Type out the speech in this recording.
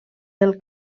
del